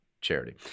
charity